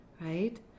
right